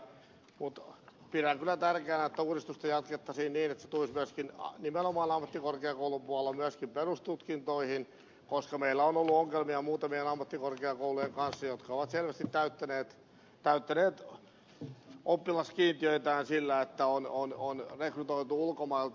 mutta pidän kyllä tärkeänä että uudistusta jatkettaisiin niin että se tulisi nimenomaan ammattikorkeakoulun puolella myöskin perustutkintoihin koska meillä on ollut ongelmia muutamien ammattikorkeakoulujen kanssa jotka ovat selvästi täyttäneet oppilaskiintiöitään sillä että on rekrytoitu ulkomailta